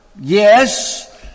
Yes